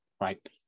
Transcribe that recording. right